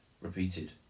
repeated